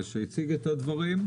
כמובן,